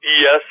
Yes